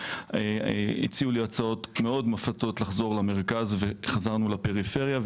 הציעו לי הצעות מאוד מפתות לחזור למרכז וחזרנו לפריפריה.